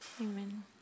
Amen